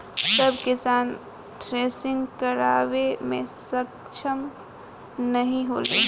सब किसान थ्रेसिंग करावे मे सक्ष्म नाही होले